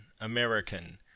American